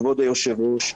כבוד היושב ראש,